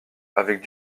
avec